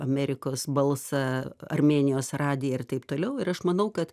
amerikos balsą armėnijos radiją ir taip toliau ir aš manau kad